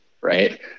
right